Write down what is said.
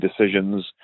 decisions